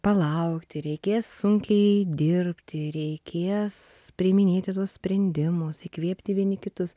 palaukti reikės sunkiai dirbti reikės priiminėti tuos sprendimus įkvėpti vieni kitus